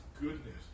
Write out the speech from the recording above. goodness